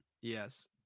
yes